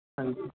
ਹਾਂਜੀ